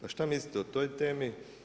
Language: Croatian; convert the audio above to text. A šta mislite o toj temi?